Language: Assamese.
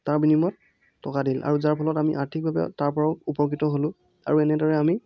তাৰ বিনিময়ত টকা দিলে আৰু যাৰফলত আমি আৰ্থিকভাৱে তাৰ পৰাও উপকৃত হ'লোঁ আৰু এনেদৰে আমি